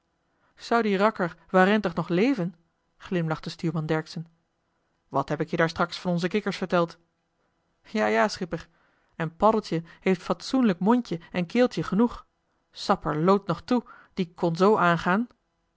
zou die rakker warentig nog leven glimlachte stuurman dercksen wat heb ik je daar straks van onze kikkers verteld ja ja schipper en paddeltje heeft fatsoenlijk joh h been paddeltje de scheepsjongen van michiel de ruijter mondje en keeltje genoeg sapperloot nog toe die kon zoo aangaan